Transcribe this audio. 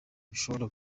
gishobora